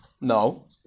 No